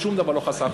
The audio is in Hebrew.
שום דבר לא חסכנו.